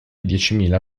diecimila